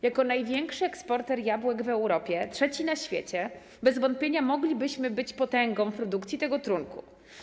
Jako największy eksporter jabłek w Europie i trzeci na świecie bez wątpienia moglibyśmy być potęgą produkcji tego trunku.